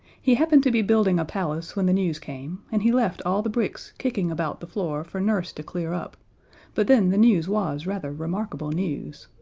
he happened to be building a palace when the news came, and he left all the bricks kicking about the floor for nurse to clear up but then the news was rather remarkable news.